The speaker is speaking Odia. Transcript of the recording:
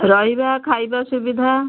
ରହିବା ଖାଇବା ସୁବିଧା